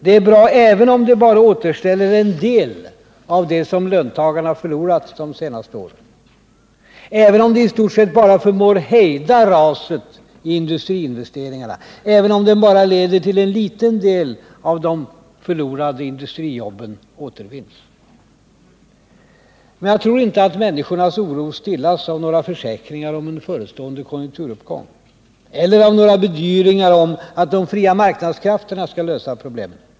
Det är bra även om den bara återställer en del av vad löntagarna förlorat de senaste åren, även om den i stort sett bara förmår hejda raset i industriinvesteringarna och även om den bara leder till att en liten del av de förlorade industrijobben återvinns. Men jag tror inte att människornas oro stillas av några försäkringar om en förestående konjunkturuppgång eller av några bedyranden om att de fria marknadskrafterna skall lösa problemen.